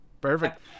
perfect